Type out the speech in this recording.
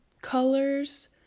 colors